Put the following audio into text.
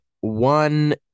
one